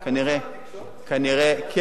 כנראה, אתה לא שר התקשורת?